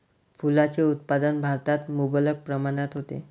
फुलांचे उत्पादन भारतात मुबलक प्रमाणात होते